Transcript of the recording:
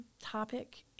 topic